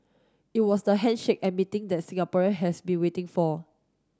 it was the handshake and meeting that Singaporean has been waiting for